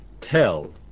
tell